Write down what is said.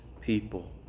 people